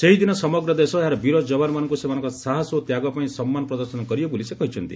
ସେହିଦିନ ସମଗ୍ର ଦେଶ ଏହାର ବୀର ଯବାନମାନଙ୍କୁ ସେମାନଙ୍କ ସାହସ ଓ ତ୍ୟାଗପାଇଁ ସମ୍ମାନ ପ୍ରଦର୍ଶନ କରିବ ବୋଲି ସେ କହିଛନ୍ତି